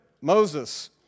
Moses